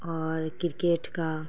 اور کرکیٹ کا